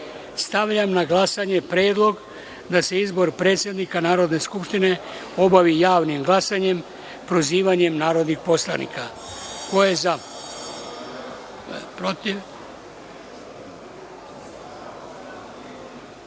na glasanje predlog da se izbor predsednika Narodne skupštine obavi javnim glasanjem, prozivanjem narodnih poslanika. Ko je